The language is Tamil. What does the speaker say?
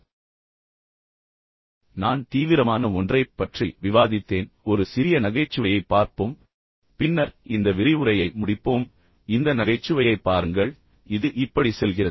ஒரு இறுதி எண்ணமாக நான் மிகவும் தீவிரமான ஒன்றைப் பற்றி விவாதித்தேன் ஒரு சிறிய நகைச்சுவையைப் பார்ப்போம் பின்னர் இந்த விரிவுரையை முடிப்போம் இந்த நகைச்சுவையைப் பாருங்கள் இது இப்படி செல்கிறது